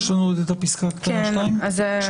יש לנו עוד את פסקה 2. נכון.